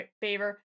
favor